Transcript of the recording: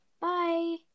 Bye